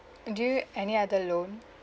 do any other loan